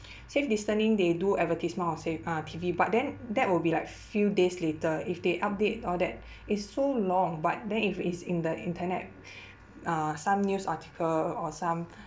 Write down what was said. safe distancing they do advertisement of sa~ uh T_V but then that will be like few days later if they update all that it's so long but then if it's in the internet uh some news article or some